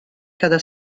cada